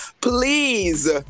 Please